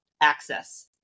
access